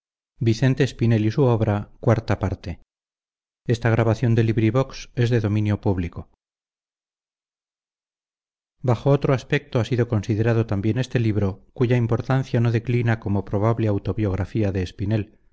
día sus ediciones bajo otro aspecto ha sido considerado también este libro cuya importancia no declina como probable autobiografía de espinel